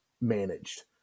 managed